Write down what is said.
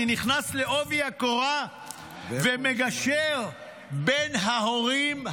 אני נכנס בעובי הקורה ומגשר בין ההורים,